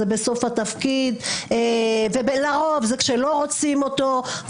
בדרך כלל זה בסוף התפקיד שלו ולרוב זה כשלא רוצים אותו.